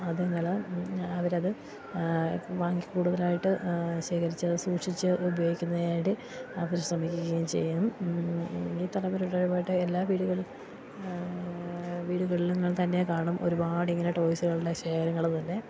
അതിങ്ങള് അവരത് വാങ്ങി കൂട്തലായിട്ട് ശേഖരിച്ച് സൂക്ഷിച്ച് ഉപയോഗിക്കുന്നതിന് വേണ്ടി അവര് ശ്രമിക്കുകയും ചെയ്യും ഈ തലമുറയിൽപ്പെട്ട എല്ലാ വീടുകളും വീടുകളിൽ തന്നെ കാണും ഒരുപാടിങ്ങനെ ടോയ്സുകളുടെ ശേഖരങ്ങള് തന്നെ